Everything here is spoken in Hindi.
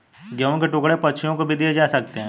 गेहूं के टुकड़े पक्षियों को भी दिए जा सकते हैं